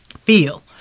feel